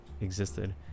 existed